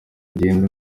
ugenda